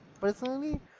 personally